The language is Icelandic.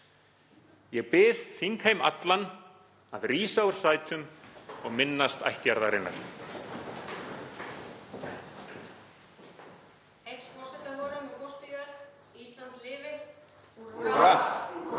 Ég bið þingheim allan að rísa úr sætum og minnast ættjarðarinnar.